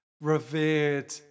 revered